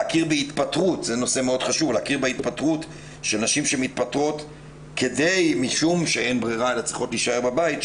להכיר בהתפטרות של נשים משום שאין להן ברירה והן צריכות להישאר בבית,